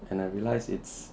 and I realise it's